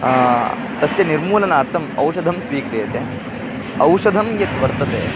तस्य निर्मूलनार्थम् औषधं स्वीक्रियते औषधं यद्वर्तते